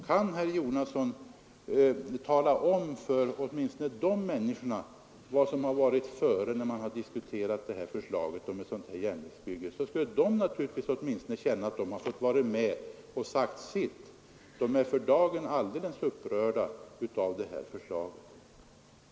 Kan herr Jonasson tala om för åtminstone dessa människor vad som föresvävat centern, när man diskuterat förslaget om detta järnvägsbygge. Då skulle de åtminstone få känna att de varit med om att säga sitt. De är för dagen helt upprörda över detta förslag.